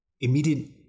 Immediate